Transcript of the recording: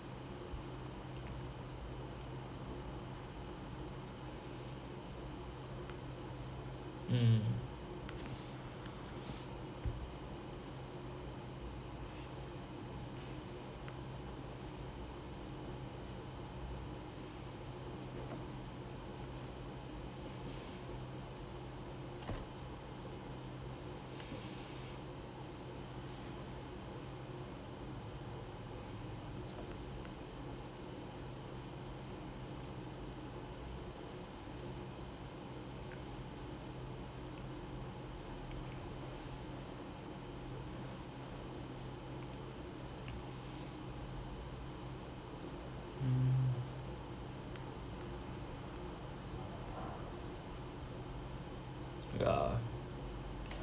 mm mm ya